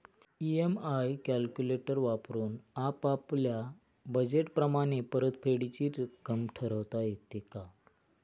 EMI calculator वापरून आपापल्या budget प्रमाणे परतफेडीची रक्कम ठरवता येते का?